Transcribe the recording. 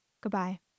Goodbye